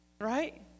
right